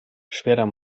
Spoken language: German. schwerer